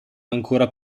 ancora